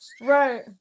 right